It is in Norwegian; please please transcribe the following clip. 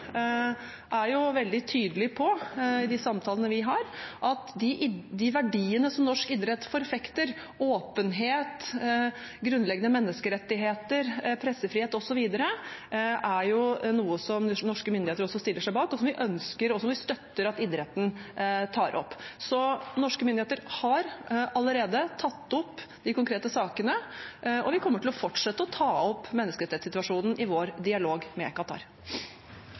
veldig tydelig på, i de samtalene vi har, at de verdiene som norsk idrett forfekter, åpenhet, grunnleggende menneskerettigheter, pressefrihet osv., er noe som norske myndigheter også stiller seg bak, noe som vi ønsker, og noe som vi støtter at idretten tar opp. Så norske myndigheter har allerede tatt opp de konkrete sakene, og vi kommer til å fortsette å ta opp menneskerettighetssituasjonen i vår dialog med